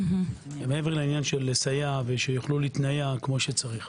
מעבר לעניין שיוכלו להתנייע כמו שצריך.